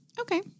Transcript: Okay